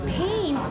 pain